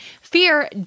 Fear